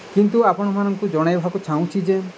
କିନ୍ତୁ ଆପଣମାନଙ୍କୁ ଜଣାଇବାକୁ ଚାହୁଁଛି ଯେ